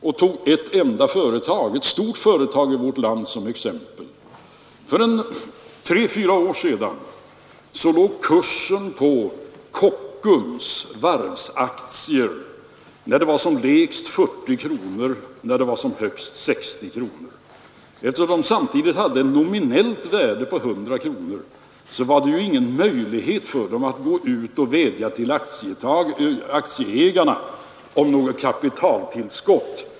Då tog jag ett enda företag, ett stort företag i vårt land, som exempel. För tre fyra år sedan låg kursen för Kockums varvsaktier på 40 kronor när den var som lägst och på 60 kronor när kursen var som högst. Eftersom aktierna samtidigt hade ett nominellt värde på 100 kronor, hade man ingen möjlighet att gå ut och vädja till aktieägarna om något kapitaltillskott.